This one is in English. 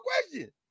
question